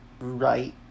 right